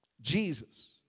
Jesus